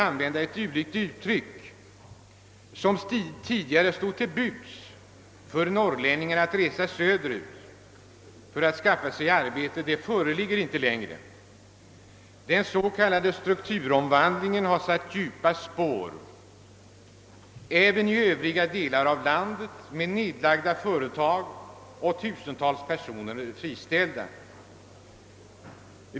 Den möjlighet som tidigare stod till buds för norrlänningar att resa söderut för att skaffa sig arbete föreligger inte längre. Den s.k. strukturomvandlingen har satt djupa spår även i de övriga delarna av landet med nedlagda företag och tusentals personer friställda.